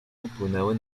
upłynęły